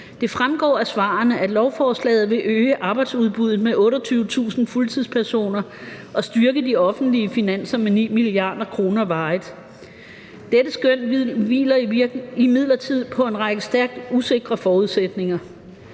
Det fremgår af svarene, at lovforslaget vil øge arbejdsudbuddet med 28.000 fuldtidspersoner og styrke de offentlige finanser med 9 mia. kr. varigt. Dette skøn hviler imidlertid på en række stærkt usikre forudsætninger,